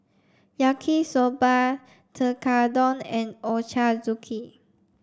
Yaki Soba Tekkadon and Ochazuke